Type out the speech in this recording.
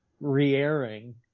re-airing